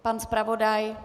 Pan zpravodaj?